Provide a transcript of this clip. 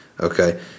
okay